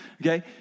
Okay